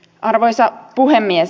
arvoisa puhemies